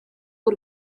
w’u